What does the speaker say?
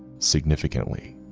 significantly.